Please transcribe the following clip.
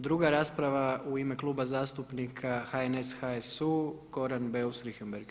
Druga rasprava u ime Kluba zastupnika HNS, HSU Goran Beus Richembergh.